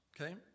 Okay